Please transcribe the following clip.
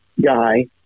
guy